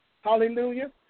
Hallelujah